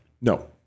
no